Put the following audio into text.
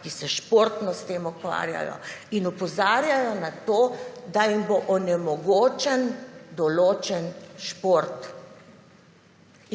ki se športno s tem ukvarjajo in opozarjajo na to, da jim bo onemogočen določen šport